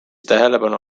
tähelepanu